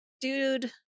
dude